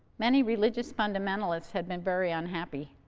many religious fundamentalists had been very unhappy.